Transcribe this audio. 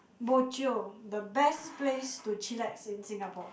bo jio the best place to chillax in Singapore